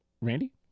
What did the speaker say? Randy